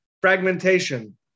fragmentation